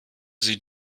sie